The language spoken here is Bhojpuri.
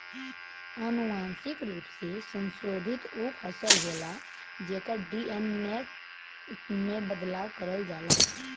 अनुवांशिक रूप से संशोधित उ फसल होला जेकर डी.एन.ए में बदलाव करल जाला